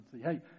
Hey